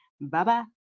Bye-bye